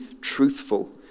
truthful